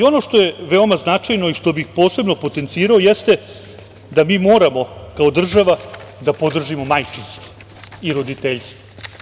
Ono što je veoma značajno i što bih posebno potencirao jeste da moramo kao država da podržimo majčinstvo i roditeljstvo.